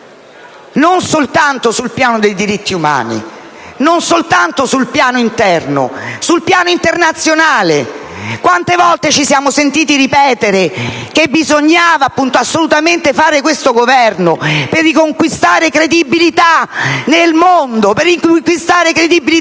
non soltanto sul piano dei diritti umani e sul piano interno, ma sul piano internazionale. Quante volte ci siamo sentiti ripetere che bisognava assolutamente fare questo Governo per riconquistare credibilità nel mondo e in Europa? Oggi noi